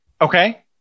okay